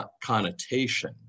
connotation